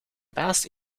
baas